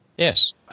Yes